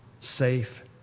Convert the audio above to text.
safe